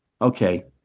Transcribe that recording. Okay